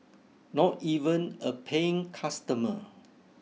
not even a paying customer